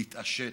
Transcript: להתעשת,